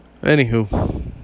anywho